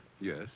Yes